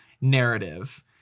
narrative